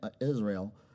Israel